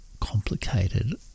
complicated